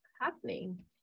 happening